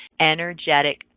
energetic